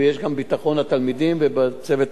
ויש גם ביטחון לתלמידים ובצוות.